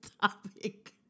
topic